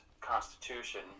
constitution